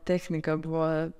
technika buvo